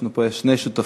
יש לנו פה שתי שותפות